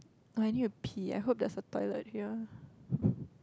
oh I need to pee I hope there's a toilet here